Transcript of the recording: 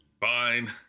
Fine